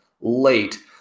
late